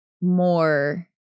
more